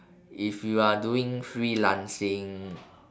if you are doing freelancing